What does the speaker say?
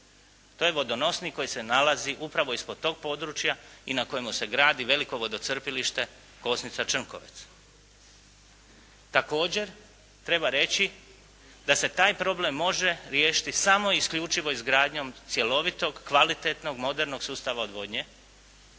To je vodonosnik koji se nalazi upravo ispod tog područja i na kojemu se gradi veliko vodocrpilište Kosnica-Črnkovec. Također treba reći da se taj problem može riješiti samo i isključivo izgradnjom cjelovitog, kvalitetnog sustava odvodnje,